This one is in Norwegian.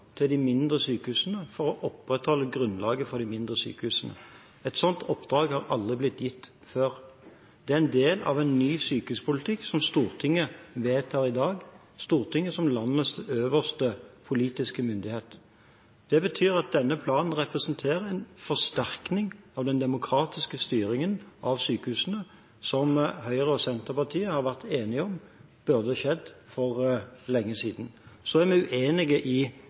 til de mindre sykehusene for å opprettholde grunnlaget for de mindre sykehusene. Et sånt oppdrag har aldri blitt gitt før. Det er en del av en ny sykehuspolitikk som Stortinget vedtar i dag – Stortinget som landets øverste politiske myndighet. Det betyr at denne planen representerer en forsterkning av den demokratiske styringen av sykehusene som Høyre og Senterpartiet har vært enige om burde skjedd for lenge siden. Så er vi uenige